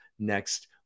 next